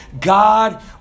God